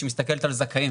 שמסתכל על זכאים,